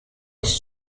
his